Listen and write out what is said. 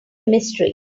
mystery